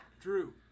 Drew